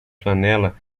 flanela